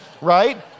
Right